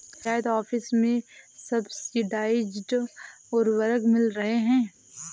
panchayat office में subsidised उर्वरक मिल रहे हैं